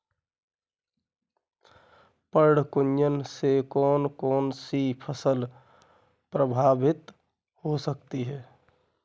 पर्ण कुंचन से कौन कौन सी फसल प्रभावित हो सकती है?